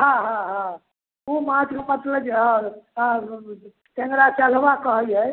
हँ हँ हँ ओ माँछ मतलब हँ हँ टेङ्गरा चेल्हबा कहलिए